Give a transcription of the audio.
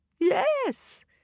Yes